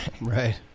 Right